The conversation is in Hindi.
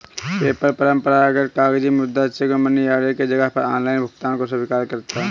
पेपल परंपरागत कागजी मुद्रा, चेक एवं मनी ऑर्डर के जगह पर ऑनलाइन भुगतान को स्वीकार करता है